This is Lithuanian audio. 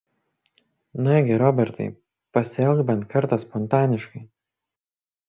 nagi robertai pasielk bent kartą spontaniškai